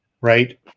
right